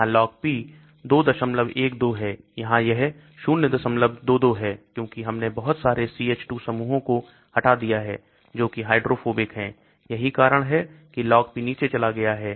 यहां LogP 212 है यहां यह 022 है क्योंकि हमने बहुत सारे CH2 समूहों को हटा दिया है जो कि हाइड्रोफोबिक है यही कारण है कि LogP नीचे चला गया है